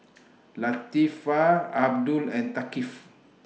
Latifa Abdul and Thaqif